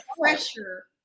pressure